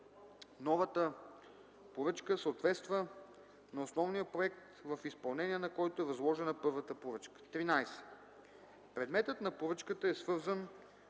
новата поръчка съответства на основния проект, в изпълнение на който е възложена първата поръчка; 13. предметът на поръчката е свързан